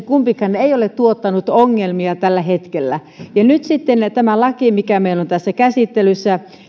kumpikaan ei ole tuottanut ongelmia tällä hetkellä ja nyt sitten tämä lakihan mikä meillä on tässä käsittelyssä